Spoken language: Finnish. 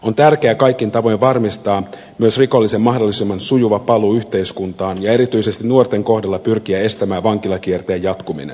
on tärkeää kaikin tavoin varmistaa myös rikollisen mahdollisimman sujuva paluu yhteiskuntaan ja erityisesti nuorten kohdalla pyrkiä estämään vankilakierteen jatkuminen